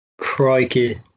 Crikey